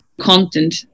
content